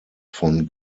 von